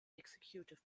executive